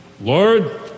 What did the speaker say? Lord